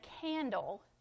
candle